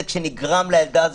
שנגרם נזק לילדה הזאת.